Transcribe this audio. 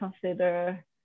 consider